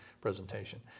presentation